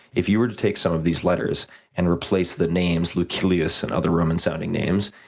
if you were to take some of these letters and replace the names lucilious and other roman sounding names,